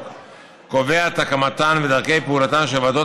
קובע את הקמתן ודרכי פעולתן של ועדות